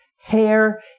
hair